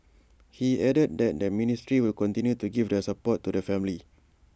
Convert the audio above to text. he added that the ministry will continue to give their support to the family